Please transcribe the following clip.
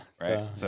Right